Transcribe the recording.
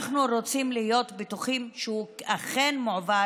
אנחנו רוצים להיות בטוחים שהוא אכן מועבר